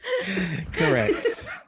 Correct